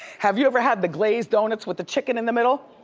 have you ever had the glazed donuts with the chicken in the middle?